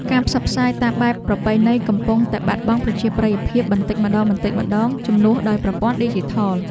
ការផ្សព្វផ្សាយតាមបែបប្រពៃណីកំពុងតែបាត់បង់ប្រជាប្រិយភាពបន្តិចម្តងៗជំនួសដោយប្រព័ន្ធឌីជីថល។